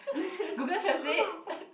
Google translate